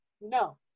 No